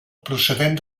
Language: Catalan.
procedent